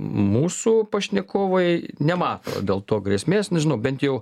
mūsų pašnekovai nemato dėl to grėsmės nežinau bent jau